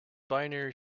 binary